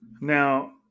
Now